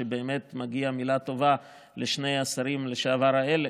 שבאמת מגיעה מילה טובה לשני השרים לשעבר האלה.